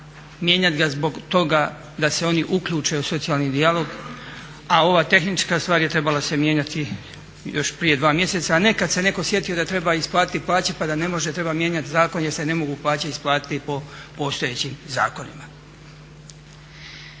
mijenjat ga zbog toga da se oni uključe u socijalni dijalog, a ova tehnička stvar je trebala se mijenjati još prije dva mjeseca. A nekad se netko sjetio da treba isplatiti plaće, pa da ne može, treba mijenjati zakon jer se ne mogu plaće isplatiti po postojećim zakonima.